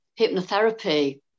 hypnotherapy